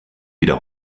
wieder